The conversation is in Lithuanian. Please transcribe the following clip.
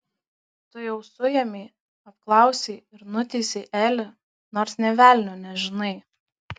tu jau suėmei apklausei ir nuteisei elį nors nė velnio nežinai